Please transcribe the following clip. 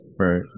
Right